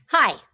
Hi